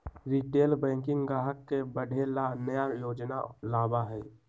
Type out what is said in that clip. retail banking ग्राहक के बढ़े ला नया योजना लावा हई